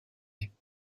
jamais